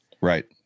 Right